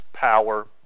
power